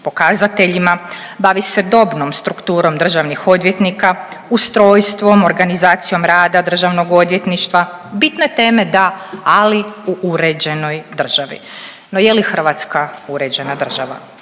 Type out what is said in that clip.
pokazateljima, bavi se dobnom strukturom državnih odvjetnika, ustrojstvom, organizacijom rada Državnog odvjetništva. Bitne teme da, ali u uređenoj državi, no je li Hrvatska uređena država?